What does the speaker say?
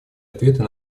ответы